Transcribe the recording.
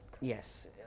Yes